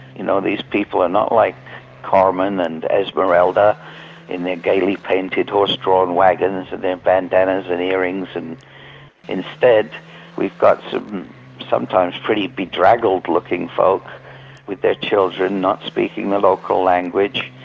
you know, these people are not like carmen and esmeralda in their gaily-painted horse-drawn wagons and their bandanas and earrings, and instead we've got some sometimes pretty bedraggled looking folk with their children not speaking the local language,